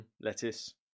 lettuce